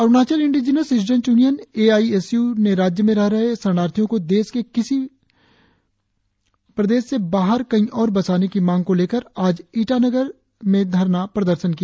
Arunachal indigenous students union A I S U ने राज्य में रह रहे शरणार्थियों को देश के किसी प्रदेश से बाहर कही और बसाने की मांग को लेकर आज ईटानगर धरना प्रदर्शन किया